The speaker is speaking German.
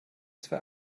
zwei